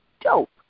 dope